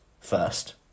first